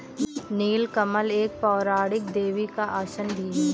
नील कमल एक पौराणिक देवी का आसन भी है